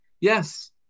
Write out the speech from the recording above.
yes